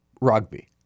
rugby